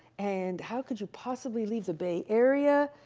and how could you possibly leave the bay area?